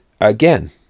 again